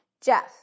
Jeff